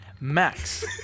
Max